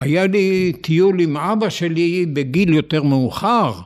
‫היה לי טיול עם אבא שלי ‫בגיל יותר מאוחר.